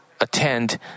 attend